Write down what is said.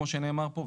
כמו שנאמר פה,